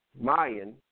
Mayan